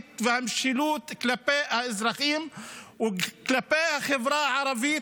ואת המשילות כלפי האזרחים וכלפי החברה הערבית.